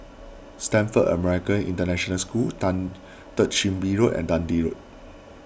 Stamford American International School Third Chin Bee Road and Dundee Road